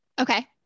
Okay